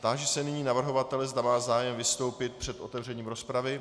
Táži se nyní navrhovatele, zda má zájem vystoupit před otevřením rozpravy.